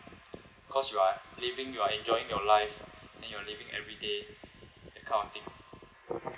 cause you are living you are enjoying your life then you are living everyday that kind of thing